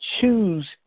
choose